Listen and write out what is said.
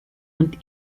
und